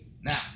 now